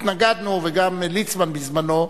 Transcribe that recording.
התנגדנו, גם ליצמן בזמנו.